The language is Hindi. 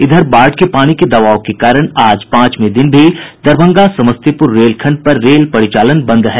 इधर बाढ़ के पानी के दबाव के कारण आज पांचवें दिन भी दरभंगा समस्तीपुर रेलखंड पर रेल परिचालन बंद है